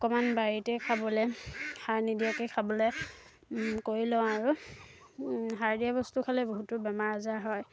অকণমান বাৰীতে খাবলৈ সাৰ নিদিয়াকৈ খাবলৈ কৰি লওঁ আৰু সাৰ দিয়া বস্তু খালে বহুতো বেমাৰ আজাৰ হয়